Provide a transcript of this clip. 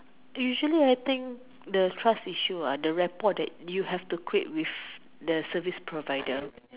usually I think the trust issue ah the rapport that you have to create with the service provider